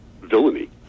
villainy